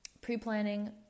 pre-planning